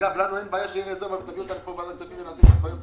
ידי הצעד הזה תיתן דוגמה לכולם.